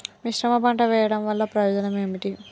మిశ్రమ పంట వెయ్యడం వల్ల ప్రయోజనం ఏమిటి?